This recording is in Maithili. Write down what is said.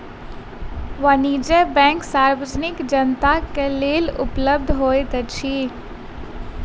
वाणिज्य बैंक सार्वजनिक जनता के लेल उपलब्ध होइत अछि